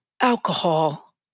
alcohol